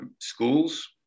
Schools